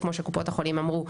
כמו שקופות החולים אמרו,